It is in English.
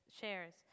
shares